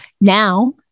Now